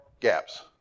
gaps